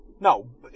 No